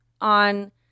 on